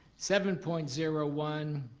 seven point zero one,